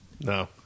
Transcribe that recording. no